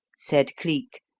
said cleek,